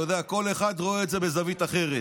אתה יודע, כל אחד רואה את זה מזווית אחרת.